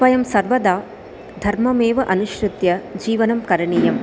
वयं सर्वदा धर्ममेव अनुसृत्य जीवनं करणीयम्